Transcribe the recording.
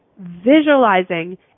visualizing